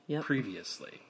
previously